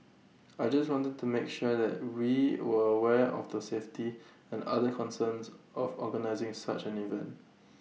I just wanted to make sure that we were aware of the safety and other concerns of organising such an event